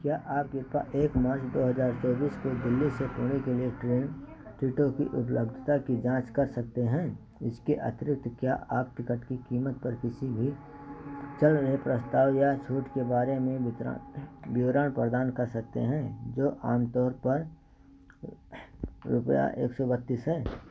क्या आप कृपया एक मार्च दो हजार चौबीस को दिल्ली से पुणे के लिए ट्रेन टिकटों की उपलब्धता की जाँच कर सकते हैं इसके अतिरिक्त क्या आप टिकट की कीमत पर किसी भी चल रहे प्रस्ताव या छूट के बारे में वितरण विवरण प्रदान कर सकते हैं जो आमतौर पर रुपया एक सौ बत्तीस है